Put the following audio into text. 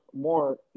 more